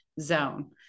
zone